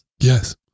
Yes